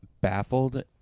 baffled